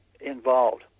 involved